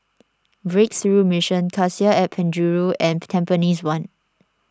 Breakthrough Mission Cassia at Penjuru and Tampines one